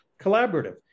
collaborative